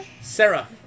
sarah